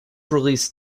release